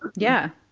yeah.